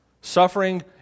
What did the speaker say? suffering